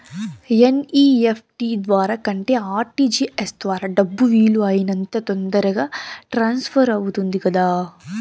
NEFT ద్వారా కంటే RTGS ద్వారా డబ్బు వీలు అయినంత తొందరగా ట్రాన్స్ఫర్ అవుతుంది కదా